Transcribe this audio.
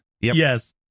Yes